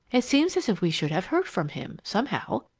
it seems as if we should have heard from him, somehow.